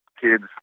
kids